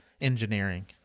engineering